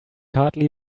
hardly